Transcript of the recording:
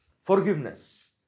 forgiveness